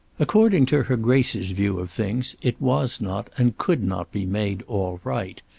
according to her grace's view of things it was not and could not be made all right.